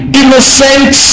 innocent